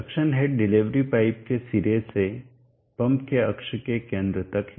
suction head delivery pipe के सिरे से पंप के अक्ष के केंद्र तक है